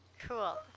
Cool